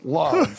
love